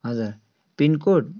हजुर pin code